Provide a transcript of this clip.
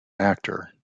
actor